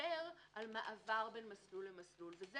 שאוסר על מעבר ממסלול למסלול, וזה